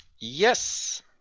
Yes